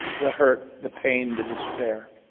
the hurt, the pain, the despair,